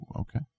okay